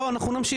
תבינו,